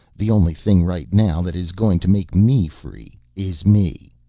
the only thing right now that is going to make me free is me.